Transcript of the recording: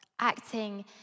acting